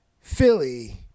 Philly